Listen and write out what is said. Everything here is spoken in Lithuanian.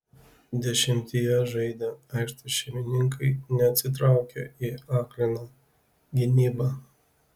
dešimtyje žaidę aikštės šeimininkai neatsitraukė į akliną gynybą